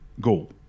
goal